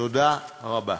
תודה רבה.